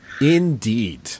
Indeed